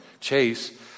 Chase